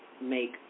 make